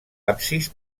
absis